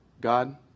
God